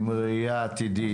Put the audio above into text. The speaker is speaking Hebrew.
עם ראייה עתידית,